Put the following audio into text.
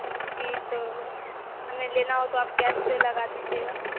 जी तो हमें लेना हो तो आप कैसे लगा दीजिएगा